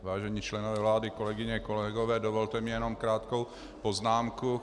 Vážení členové vlády, kolegyně, kolegové, dovolte mi jenom krátkou poznámku.